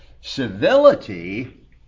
Civility